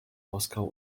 moskau